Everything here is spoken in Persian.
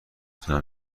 تونم